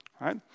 right